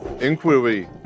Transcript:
Inquiry